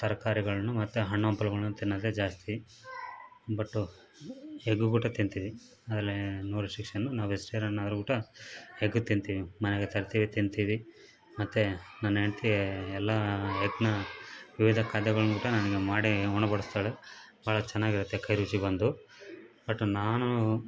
ತರಕಾರಿಗಳನ್ನು ಮತ್ತು ಹಣ್ಣು ಹಂಪಲುಗಳನ್ನು ತಿನ್ನೋದೇ ಜಾಸ್ತಿ ಬಟ್ಟು ಎಗ್ ಕೂಡ ತಿಂತೀವಿ ಅದರಲ್ಲಿ ನೋ ರೆಸ್ಟ್ರಿಕ್ಷನು ನಾವು ವೆಜಿಟೇರಿಯನ್ ಆದ್ರೂ ಕೂಡ ಎಗ್ ತಿಂತೀವಿ ಮನೆಗೆ ತರ್ತೀವಿ ತಿಂತೀವಿ ಮತ್ತೆ ನನ್ನ ಹೆಂಡ್ತಿ ಎಲ್ಲ ಎಗ್ನ ವಿವಿಧ ಖಾದ್ಯಗಳನ್ನು ಕೂಡ ನನ್ಗೆ ಮಾಡಿ ಉಣ ಬಡಿಸ್ತಾಳೆ ಭಾಳ ಚೆನ್ನಾಗಿರುತ್ತೆ ಕೈ ರುಚಿ ಬಂದು ಬಟ್ ನಾನು